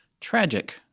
tragic